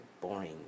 boring